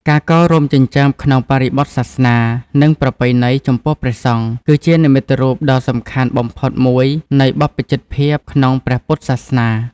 ការកោររោមចិញ្ចើមក្នុងបរិបទសាសនា និងប្រពៃណី ចំពោះព្រះសង្ឃ គឺជានិមិត្តរូបដ៏សំខាន់បំផុតមួយនៃបព្វជិតភាពក្នុងព្រះពុទ្ធសាសនា។